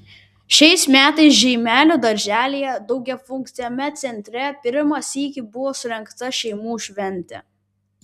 šiais metais žeimelio darželyje daugiafunkciame centre pirmą sykį buvo surengta šeimų šventė